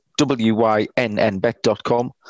wynnbet.com